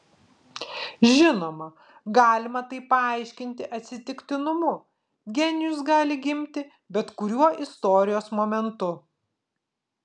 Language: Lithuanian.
žinoma galima tai paaiškinti atsitiktinumu genijus gali gimti bet kuriuo istorijos momentu